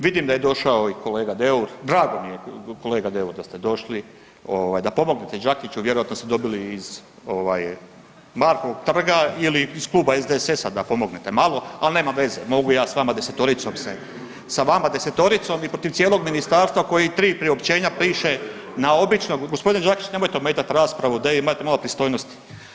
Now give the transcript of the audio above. Vidim da je došao i kolega Deur, drago mi je kolega Deur da ste došli, ovaj da pomognete Đakiću, vjerojatno ste dobili iz Markovog trga ili iz Kluba SDSS-a da pomognete malo, ali nema veze, mogu ja s vama desetoricom se, sa vama desetoricom i protiv cijelog ministarstva koje 3 priopćenja piše na običnom ... [[Upadica se ne čuje.]] g. Đakić, nemojte ometati raspravu, de imajte malo pristojnosti.